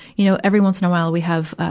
you know, every once in a while, we have, ah,